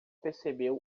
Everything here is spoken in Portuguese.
percebeu